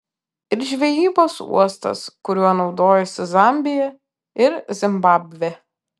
ir žvejybos uostas kuriuo naudojasi zambija ir zimbabvė